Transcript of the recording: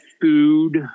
food